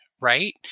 right